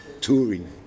touring